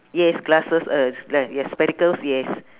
yes glasses uh glas~ yes spectacles yes